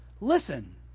Listen